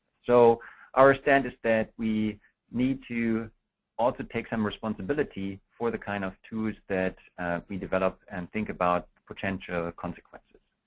so our stand is that we need to also take some responsibility for the kind of tools that we develop, and think about potential consequences.